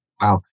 Wow